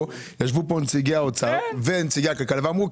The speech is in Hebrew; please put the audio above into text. ישבו פה נציגי האוצר ונציגי הכלכלה ואמרו,